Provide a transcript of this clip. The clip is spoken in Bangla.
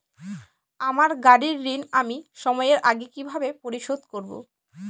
আমার গাড়ির ঋণ আমি সময়ের আগে কিভাবে পরিশোধ করবো?